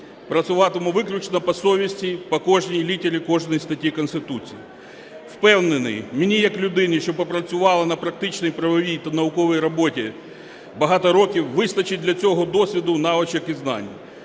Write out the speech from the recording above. працюватиму виключно по совісті, по кожній літері кожної статті Конституції. Впевнений, мені як людині, що попрацювала на практичній правовій та науковій роботі багато років, вистачить для цього досвіду, навичок і знань.